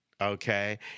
okay